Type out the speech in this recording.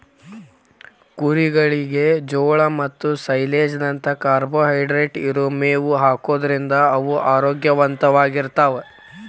ಕುರಿಗಳಿಗೆ ಜೋಳ ಮತ್ತ ಸೈಲೇಜ್ ನಂತ ಕಾರ್ಬೋಹೈಡ್ರೇಟ್ ಇರೋ ಮೇವ್ ಹಾಕೋದ್ರಿಂದ ಅವು ಆರೋಗ್ಯವಂತವಾಗಿರ್ತಾವ